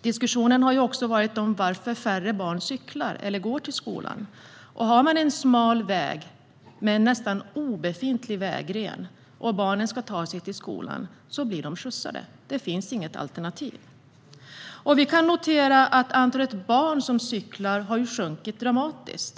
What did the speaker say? Det har också varit en diskussion om varför färre barn cyklar eller går till skolan, och har man en smal väg med en nästan obefintlig vägren och barnen ska ta sig till skolan blir de skjutsade. Det finns inget alternativ. Vi kan notera att antalet barn som cyklar har sjunkit dramatiskt.